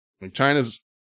China's